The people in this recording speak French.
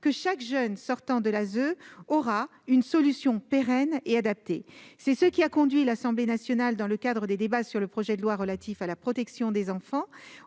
qu'il bénéficiera d'une solution pérenne et adaptée. C'est ce qui a conduit l'Assemblée nationale, dans le cadre des débats sur le projet de loi relatif à la protection des enfants,